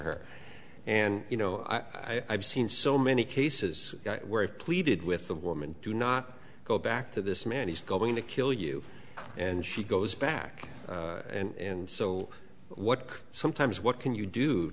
her and you know i've seen so many cases where he pleaded with the woman to not go back to this man he's going to kill you and she goes back and so what sometimes what can you do